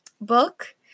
book